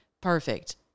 perfect